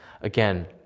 again